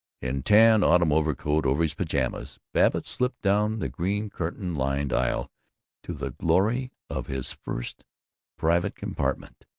in tan autumn overcoat over his pajamas, babbitt slipped down the green-curtain-lined aisle to the glory of his first private compartment.